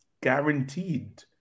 Guaranteed